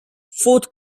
fourth